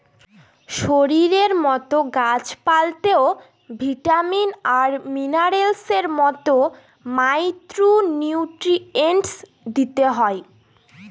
শরীরের মতো গাছ পালতেও ভিটামিন আর মিনারেলস এর মতো মাইক্র নিউট্রিয়েন্টস দিতে হয়